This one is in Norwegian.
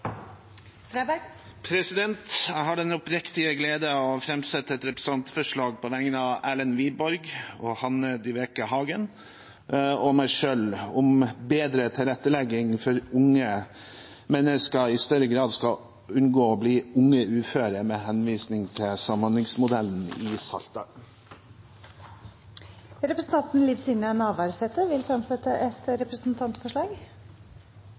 et representantforslag på vegne av Erlend Wiborg, Hanne Dyveke Søttar og meg selv om bedre tilrettelegging for at unge mennesker i større grad skal unngå å bli uføre, med henvisning til samhandlingsmodellen i Saltdal. Representanten Liv Signe Navarsete vil fremsette et representantforslag.